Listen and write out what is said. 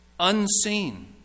unseen